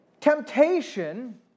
Temptation